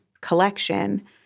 collection